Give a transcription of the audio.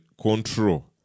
control